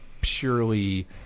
purely